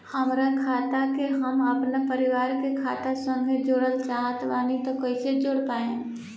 हमार खाता के हम अपना परिवार के खाता संगे जोड़े चाहत बानी त कईसे जोड़ पाएम?